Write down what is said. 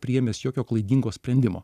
priėmęs jokio klaidingo sprendimo